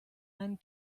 einen